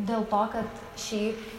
dėl to kad šiaip